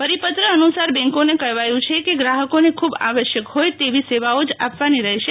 પરિપત્ર અનુસાર બેંકોને કહેવાયું છે કે ગ્રાહકોને ખુબ આવશ્યક હોય તેવી સેવાઓ જ આપવાની રહેશે